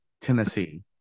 Tennessee